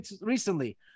recently